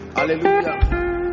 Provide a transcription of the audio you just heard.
Hallelujah